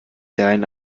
deinen